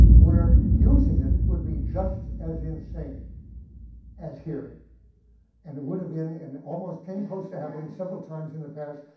where using it would be just as insane as here and it would have been and almost came close to happening several times in the past.